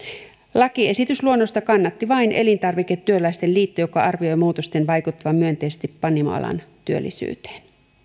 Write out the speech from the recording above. lakiesitysluonnosta kannatti vain elintarviketyöläisten liitto joka arvioi muutosten vaikuttavan myönteisesti panimoalan työllisyyteen